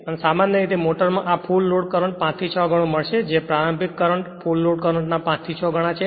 તેથી સામાન્ય રીતે મોટરમાં આ ફુલ લોડ કરંટ 5 થી 6 ગણો મળશે જે પ્રારંભિક કરંટ ફૂલ લોડ કરંટ ના 5 થી 6 ગણા છે